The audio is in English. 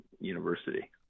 university